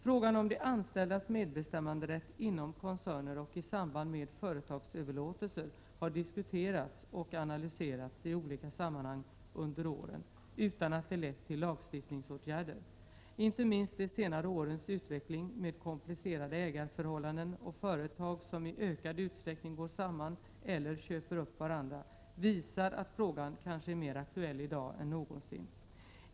Frågan om de anställdas medbestämmanderätt inom koncerner och i samband med företagsöverlåtelser har diskuterats och analyserats i olika sammanhang under åren utan att det lett till lagstiftningsåtgärder. Inte minst de senare årens utveckling med komplicerade ägarförhållanden och företag som i ökad utsträckning går samman eller köper upp varandra visar att frågan kanske är mer aktuell i dag än någonsin.